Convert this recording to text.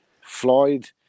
Floyd